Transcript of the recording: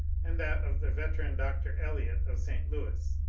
and that of the veteran dr. eliot of st. louis,